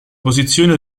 posizione